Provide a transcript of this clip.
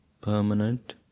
permanent